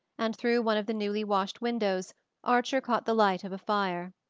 and through one of the newly-washed windows archer caught the light of a fire.